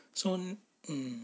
so um